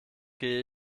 gehe